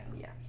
Yes